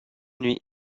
nuit